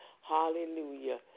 hallelujah